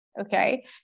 Okay